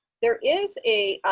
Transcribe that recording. there is a